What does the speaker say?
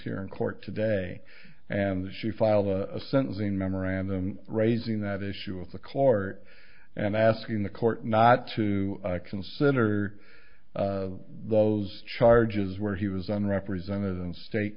here in court today and she filed a sentencing memorandum raising that issue of the court and asking the court not to consider those charges where he was under represented in state